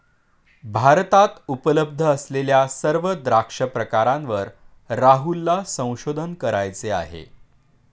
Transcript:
भारतात उपलब्ध असलेल्या सर्व द्राक्ष प्रकारांवर राहुलला संशोधन करायचे आहे